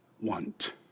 want